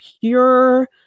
pure